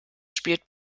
spielt